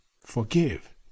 Forgive